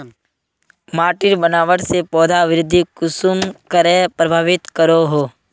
माटिर बनावट से पौधा वृद्धि कुसम करे प्रभावित करो हो?